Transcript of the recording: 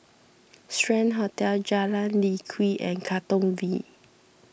Strand Hotel Jalan Lye Kwee and Katong V